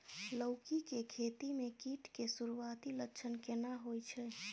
लौकी के खेती मे कीट के सुरूआती लक्षण केना होय छै?